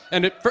and it